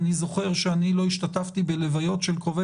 אני זוכר שאני לא השתתפתי בהלוויות של קרובי